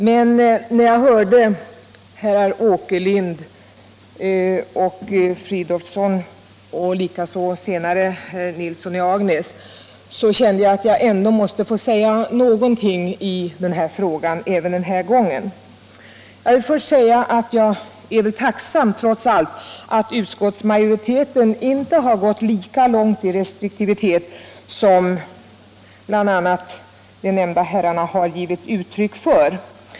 Men när jag hörde herrar Åkerlind och Fridolfsson och senare även herr Nilsson i Agnäs kände jag att jag måste få säga någonting också denna gång. Jag är trots allt tacksam för att utskottsmajoriteten inte har gått lika långt i restriktivitet som bl.a. de nämnda herrarna har givit uttryck för.